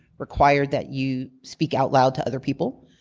required that you speak out loud to other people,